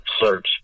search